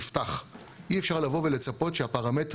ולאחר שמוצר נפתח אי אפשר לצפות שהפרמטרים